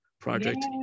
project